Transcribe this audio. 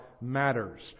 matters